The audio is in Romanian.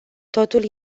totul